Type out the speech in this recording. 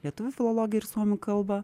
lietuvių filologiją ir suomių kalbą